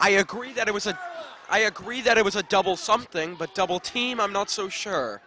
i agree that it was a i agree that it was a double something but double team i'm not so sure